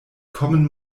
kommen